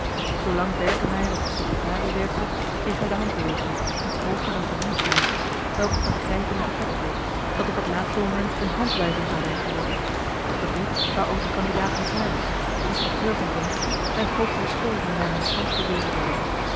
zoolang berkemeier op de secretarie werkte kreeg hij de handbeweging iets hooger dan voor dienstmeisjes welke op een grijpen naar de pet leek dat op het laatste moment een handwuiving zou zijn geworden den groet waar ook de candidaat notaris de inspecteur van politie en het hoofd der school mee naar hun stand verwezen werden